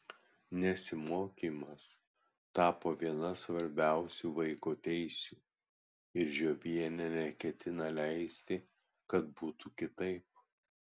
nesimokymas tapo viena svarbiausių vaiko teisių ir žiobienė neketina leisti kad būtų kitaip